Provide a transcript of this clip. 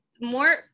more